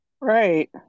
Right